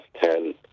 ten